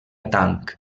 tang